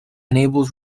enables